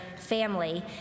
family